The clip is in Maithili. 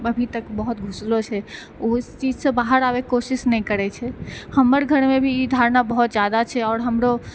अभी तक बहुत घुसलऽ छै ओहि चीजसँ बाहर आबैके कोशिश नहि करै छै हमर घरमे भी ई धारणा बहुत ज्यादा छै आओर हमरो